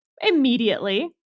immediately